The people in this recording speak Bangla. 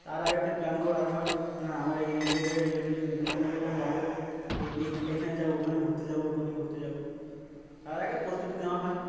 তার আগে তো প্ল্যান করে রাখা হয় হ্যাঁ আমার এই ডেটে ডেটে প্ল্যানে প্ল্যানে যাবো এই এখানে যাবো ওখানে ঘুরতে যাবো ওখানে ঘুরতে যাবো তার আগে প্রস্তুতি নেওয়া হয়